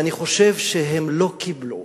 ואני חושב שהם לא קיבלו